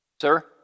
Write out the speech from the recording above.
Sir